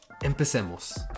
Empecemos